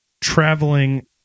traveling